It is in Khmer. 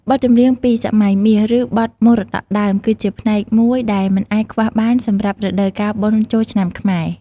បទចម្រៀងពីសម័យមាស ឬ បទមរតកដើម គឺជាផ្នែកមួយដែលមិនអាចខ្វះបានសម្រាប់រដូវកាលបុណ្យចូលឆ្នាំខ្មែរ។